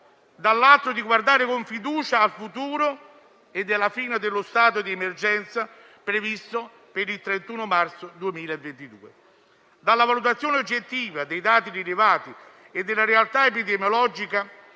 dall'altro, di guardare con fiducia al futuro e alla fine dello stato di emergenza, previsto per il 31 marzo 2022. Dalla valutazione oggettiva dei dati rilevati e della realtà epidemiologica